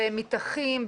במתחים,